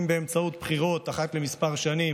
אם באמצעות בחירות אחת לכמה שנים,